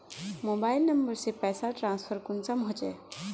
Mobile number से पैसा transfer कुंसम होचे?